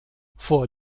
vor